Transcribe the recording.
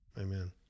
Amen